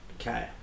okay